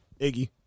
Iggy